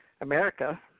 America